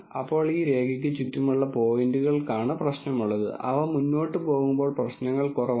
അപ്പോൾ ഈ രേഖയ്ക്ക് ചുറ്റുമുള്ള പോയിന്റുകളാണ് പ്രശ്നം ഉള്ളത് അവ മുന്നോട്ട് പോകുമ്പോൾ പ്രശ്നങ്ങൾ കുറവാണ്